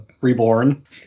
reborn